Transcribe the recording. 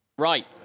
Right